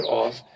off